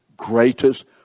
greatest